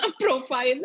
profile